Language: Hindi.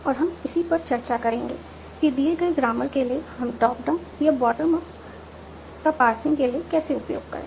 और हम इसी पर चर्चा करेंगे कि दिए गए ग्रामर के लिए हम टॉप डाउन या बॉटम अप का पार्सिंग के लिए कैसे उपयोग करें